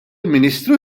ministru